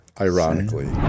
ironically